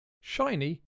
shiny